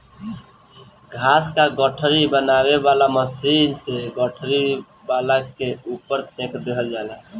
घास क गठरी बनावे वाला मशीन से गठरी बना के ऊपर फेंक देहल जाला